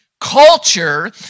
Culture